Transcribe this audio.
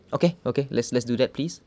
okay okay let's let's do that please